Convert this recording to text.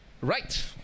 Right